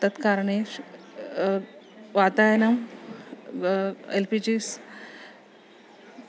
तत्कारणेषु वातायनं L P Gs